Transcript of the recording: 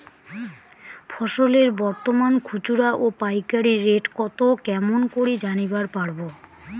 ফসলের বর্তমান খুচরা ও পাইকারি রেট কতো কেমন করি জানিবার পারবো?